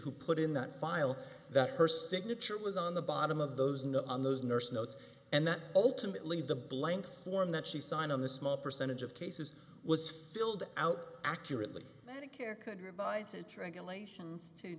who put in that file that her signature was on the bottom of those not on those nurse notes and that ultimately the blank form that she signed on the small percentage of cases was filled out accurately medicare could